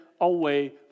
away